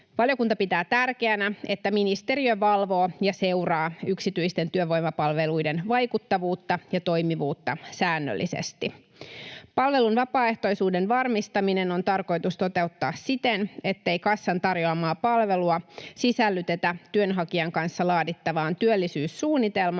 Valiokunta pitää tärkeänä, että ministeriö valvoo ja seuraa yksityisten työvoimapalveluiden vaikuttavuutta ja toimivuutta säännöllisesti. Palvelun vapaaehtoisuuden varmistaminen on tarkoitus toteuttaa siten, ettei kassan tarjoamaa palvelua sisällytetä työnhakijan kanssa laadittavaan työllisyyssuunnitelmaan